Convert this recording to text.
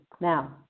Now